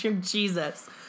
Jesus